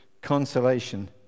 consolation